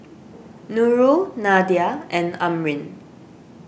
Nurul Nadia and Amrin